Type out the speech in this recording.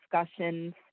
discussions